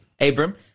Abram